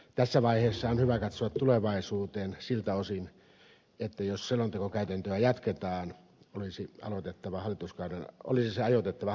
tässä vaiheessa on hyvä katsoa tulevaisuuteen siltä osin että jos selontekokäytäntöä jatketaan olisi se ajoitettava hallituskauden alkuun